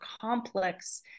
complex